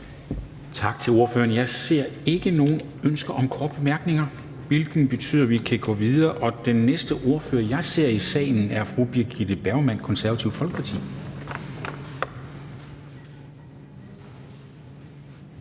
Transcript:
Tak til ordføreren. Jeg ser ikke nogen ønsker om korte bemærkninger, hvilket betyder, at vi kan gå videre. Den næste ordfører, jeg ser i salen, er fru Birgitte Bergman, Det Konservative Folkeparti.